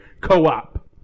Co-op